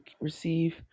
receive